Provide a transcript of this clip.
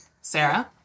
Sarah